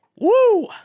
woo